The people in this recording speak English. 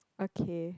okay